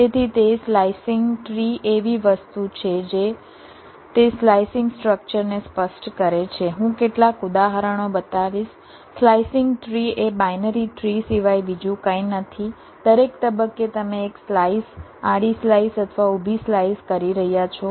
તેથી તે slicing tree એવી વસ્તુ છે જે તે સ્લાઇસિંગ સ્ટ્રક્ચરને સ્પષ્ટ કરે છે હું કેટલાક ઉદાહરણો બતાવીશ સ્લાઇસિંગ ટ્રી એ બાઇનરી ટ્રી સિવાય બીજું કંઈ નથી દરેક તબક્કે તમે એક સ્લાઇસ આડી સ્લાઇસ અથવા ઊભી સ્લાઇસ કરી રહ્યા છો